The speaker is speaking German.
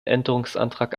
änderungsantrag